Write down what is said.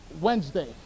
Wednesday